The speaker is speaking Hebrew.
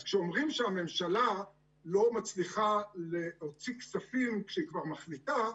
אז כשאומרים שהממשלה לא מצליחה להוציא כספים כשהיא כבר מחליטה,